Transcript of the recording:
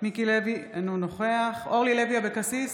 מיקי לוי, אינו נוכח אורלי לוי אבקסיס,